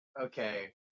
okay